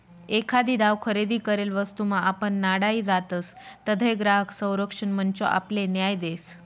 एखादी दाव खरेदी करेल वस्तूमा आपण नाडाई जातसं तधय ग्राहक संरक्षण मंच आपले न्याय देस